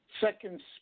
second